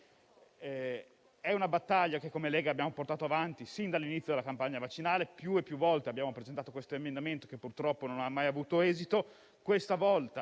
Sardo d'Azione abbiamo portato avanti sin dall'inizio della campagna vaccinale. Più e più volte abbiamo presentato questo emendamento, che purtroppo non ha mai avuto esito.